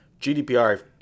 GDPR